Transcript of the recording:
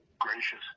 gracious